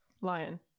lion